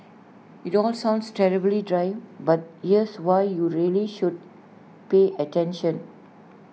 IT all sounds terribly dry but here's why you really should pay attention